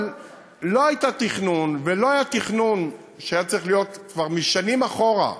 אבל לא היה תכנון שהיה צריך להיות כבר שנים אחורה.